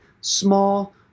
small